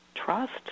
Trust